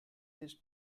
this